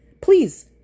Please